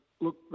Look